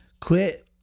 Quit